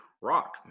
rock